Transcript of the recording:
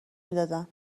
میدادن